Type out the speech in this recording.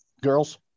girls